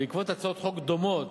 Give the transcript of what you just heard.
בעקבות הצעות חוק דומות